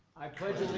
i pledge